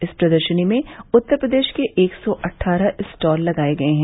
इस प्रदर्शनी में उत्तर प्रदेश के एक सौ अट्ठारह स्टॉल लगाये गये हैं